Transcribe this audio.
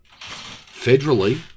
Federally